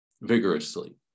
vigorously